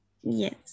Yes